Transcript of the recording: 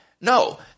No